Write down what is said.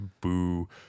Boo